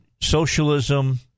socialism